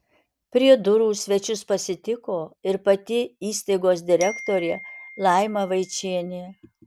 prie durų svečius pasitiko ir pati įstaigos direktorė laima vaičienė